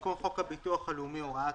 תיקון חוק הביטוח הלאומי, הוראת